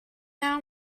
now